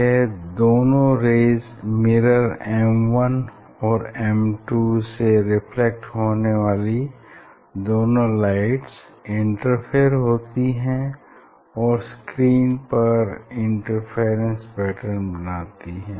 यह दोनों rays mirror M1 और M2 से रिफ्लेक्ट होने वाली दोनों लाइट इंटरफेयर होती हैं और स्क्रीन पर इंटरफ्रेंस पेटर्न बनाती हैं